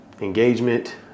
Engagement